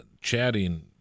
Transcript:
chatting